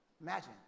Imagine